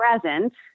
present